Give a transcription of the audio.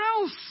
else